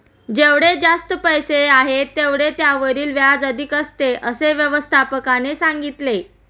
जेवढे जास्त पैसे आहेत, तेवढे त्यावरील व्याज अधिक असते, असे व्यवस्थापकाने सांगितले